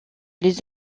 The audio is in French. les